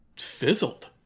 fizzled